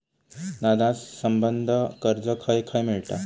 दादा, संबंद्ध कर्ज खंय खंय मिळता